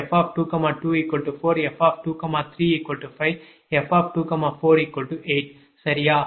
எனவே f213 f224 f235 f248 சரியா